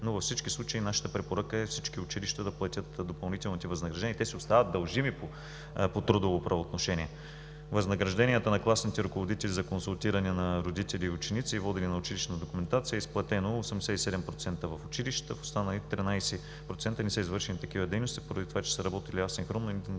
но във всички случаи нашата препоръка е всички училища да платят допълнителните възнаграждения и те си остават дължими по трудово правоотношение. Възнагражденията на класните ръководители за консултиране на родители и ученици, водени на училищна документация, е изплатено 87% в училищата, а в останалите 13% не са извършени такива дейности, поради това че са работили асинхронно и не